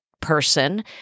person